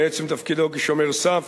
מעצם תפקידו כשומר הסף,